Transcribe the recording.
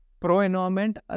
pro-environment